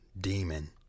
demon